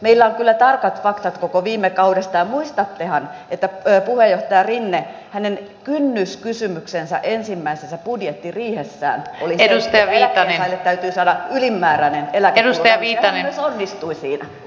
meillä on kyllä tarkat faktat koko viime kaudesta ja muistattehan että puheenjohtaja rinteen kynnyskysymys ensimmäisessä budjettiriihessään oli se että eläkkeensaajille täytyy saada ylimääräinen eläkeluokka ja hän myös onnistui siinä